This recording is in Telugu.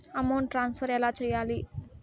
అమౌంట్ ట్రాన్స్ఫర్ ఎలా సేయాలి